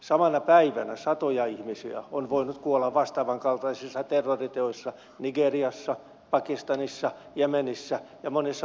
samana päivänä satoja ihmisiä on voinut kuolla vastaavankaltaisissa terroriteoissa nigeriassa pakistanissa jemenissä ja monessa muussa paikassa